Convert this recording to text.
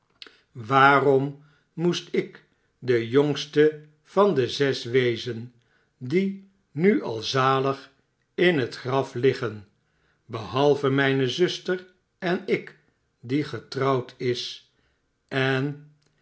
waarom moest ik de jongste van de zes wezen dienualzalig in het graf liggen behalve mijne zuster en ik die getrouwd is en